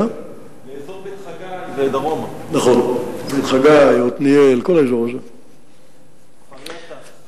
מדובר על מיליוני קוב